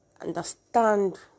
understand